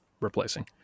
replacing